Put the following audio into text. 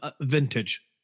Vintage